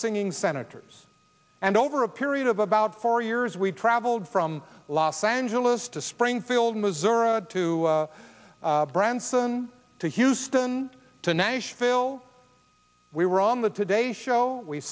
singing senators and over a period of about four years we traveled from los angeles to springfield missouri to branson to houston to nashville we were on the today show we